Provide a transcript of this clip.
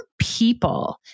people